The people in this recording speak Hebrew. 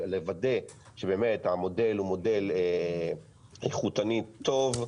לוודא שהמודל הוא מודל איכותני טוב.